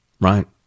Right